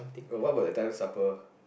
oh what about that time supper